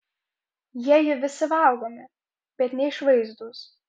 jieji visi valgomi bet neišvaizdūs